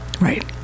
Right